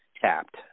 tapped